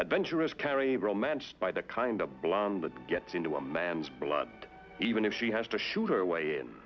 adventurous carry romance by the kind of blonde that gets into a man's blood even if she has to shoot her way